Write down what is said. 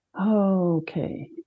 Okay